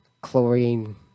chlorine